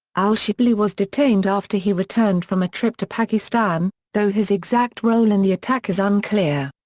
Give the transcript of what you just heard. al-shibli was detained after he returned from a trip to pakistan, though his exact role in the attack is unclear.